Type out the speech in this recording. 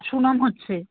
সুনাম হচ্ছে